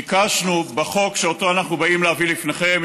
ביקשנו בחוק שאנחנו באים להביא לפניכם,